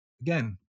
again